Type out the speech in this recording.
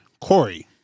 Corey